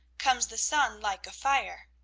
comes the sun like a fire.